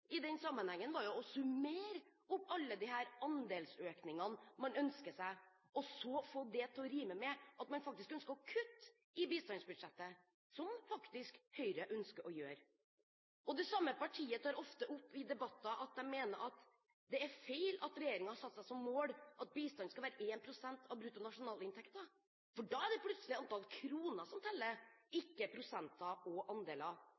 i den sammenheng, var å summere opp alle disse andelsøkningene man ønsker seg, og så få det til å rime med at man ønsker å kutte i bistandsbudsjettet, som Høyre faktisk ønsker å gjøre. Og det samme partiet tar ofte opp i debatter at de mener at det er feil at regjeringen har satt seg som mål at bistanden skal være 1 pst. av bruttonasjonalinntekten, for da er det plutselig antall kroner som teller, ikke prosenter og andeler.